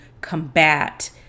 combat